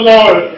Lord